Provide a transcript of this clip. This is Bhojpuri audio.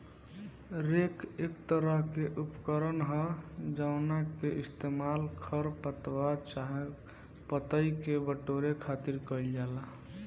रेक एक तरह के उपकरण ह जावना के इस्तेमाल खर पतवार चाहे पतई के बटोरे खातिर कईल जाला